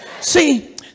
See